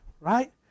right